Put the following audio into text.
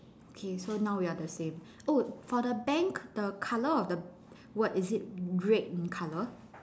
okay so now we're the same oh for the bank the colour of the word is it red in colour